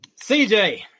CJ